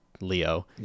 Leo